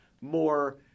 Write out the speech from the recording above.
more –